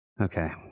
okay